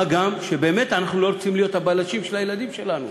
מה גם שאנחנו באמת לא רוצים להיות הבלשים של הילדים שלנו,